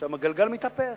שהגלגל מתהפך.